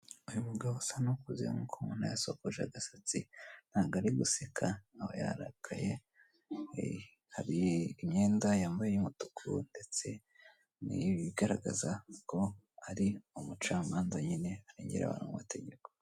Uyu mugabo usa n'ukuze nk'uko mubona yasokoje agasatsi ntabwo ari guseka nawe yarakaye hari imyenda yambaye y'umutuku ndetse n'ibigaragaza ko ari umucamanza nyine arengera amategeko.